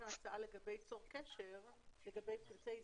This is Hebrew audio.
הצעה לגבי "צור קשר" לגבי טופסי הזדהות.